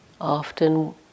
often